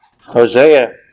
Hosea